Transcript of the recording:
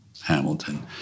Hamilton